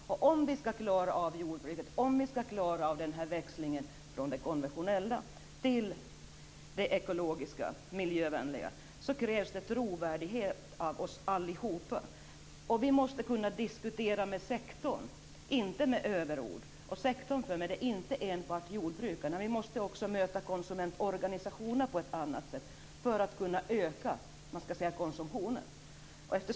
Om vi skall klara av växlingen från det konventionella jordbruket till det ekologiska, miljövänliga, jordbruket krävs det trovärdighet av oss alla. Vi måste kunna diskutera med sektorn, men inte med överord. Sektorn är inte enbart jordbrukarna. Vi måste också möta konsumentorganisationerna på ett annat sätt för att öka konsumtionen.